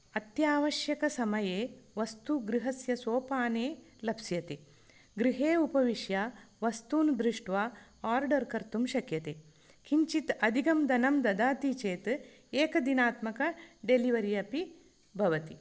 अत्यावश्यकसमये वस्तु गृहस्य सोपाने लप्स्यते गृहे उपविश्य वस्तु दृष्ट्वा आर्डर् कर्तुं शक्यते किञ्चित् अधिकं धनं ददाति चेत् एकदिनात्मक डेलिवरि अपि भवति